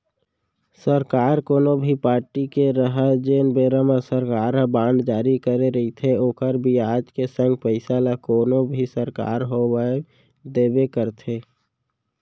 सरकार कोनो भी पारटी के रहय जेन बेरा म सरकार ह बांड जारी करे रइथे ओखर बियाज के संग पइसा ल कोनो भी सरकार होवय देबे करथे